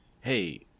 hey